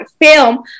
film